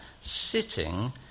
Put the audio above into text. sitting